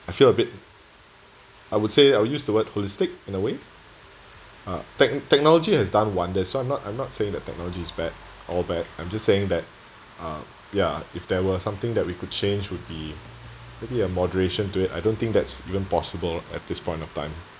I feel a bit I would say I'll use the word holistic in a way uh tech~ technology has done wonders so I'm not I'm not saying that technology is bad all bad I'm just saying that uh ya if there were something that we could change would be maybe a moderation to it I don't think that's even possible at this point of time